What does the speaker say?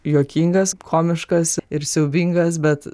juokingas komiškas ir siaubingas bet